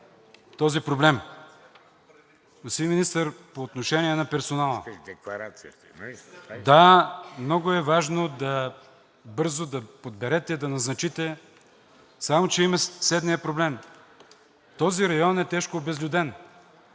този проблем. Господин Министър, по отношение на персонала. Да, много е важно бързо да подберете и да назначите, само че има следния проблем – този район е тежко обезлюден